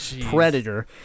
Predator